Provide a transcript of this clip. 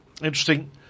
interesting